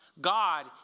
God